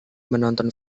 menonton